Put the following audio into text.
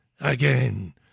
again